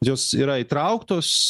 jos yra įtrauktos